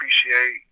appreciate